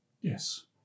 Yes